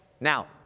Now